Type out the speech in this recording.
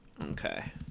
Okay